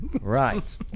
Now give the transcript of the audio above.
right